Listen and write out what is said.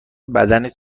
بدنت